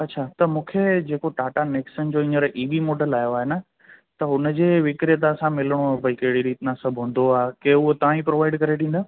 अच्छा त मूंखे जेको टाटा नेक्सन जो हींअर ईवी मॉडल आहियो आहे न त हुन जे विक्रेता सां मिलिणो हुओ भई कहिड़ी रीत ना सभु हूंदो आहे की उहो तव्हां हीअ प्रोवाइड करे ॾींदा